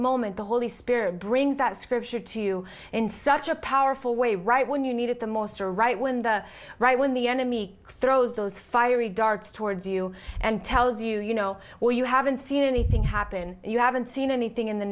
moment the holy spirit brings that scripture to you in such a powerful way right when you need it the most are right when the right when the enemy throws those fiery darts towards you and tells you you know well you haven't seen anything happen you i haven't seen anything